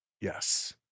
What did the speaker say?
Yes